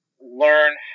learn